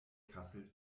kassel